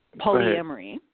polyamory